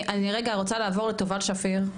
אני רגע רוצה לעבור לתובל שפיר,